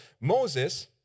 Moses